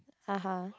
(uh huh)